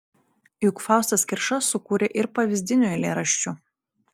juk faustas kirša sukūrė ir pavyzdinių eilėraščių